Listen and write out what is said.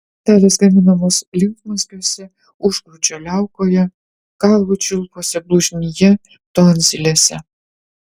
šios ląstelės gaminamos limfmazgiuose užkrūčio liaukoje kaulų čiulpuose blužnyje tonzilėse